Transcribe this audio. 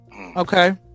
Okay